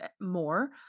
more